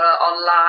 online